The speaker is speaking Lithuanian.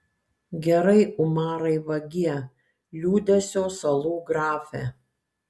gerai umarai vagie liūdesio salų grafe